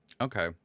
okay